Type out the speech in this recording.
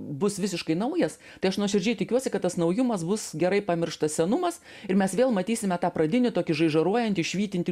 bus visiškai naujas tai aš nuoširdžiai tikiuosi kad tas naujumas bus gerai pamirštas senumas ir mes vėl matysime tą pradinį tokį žaižaruojantį švytintį